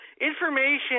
information